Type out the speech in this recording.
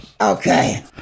okay